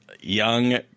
young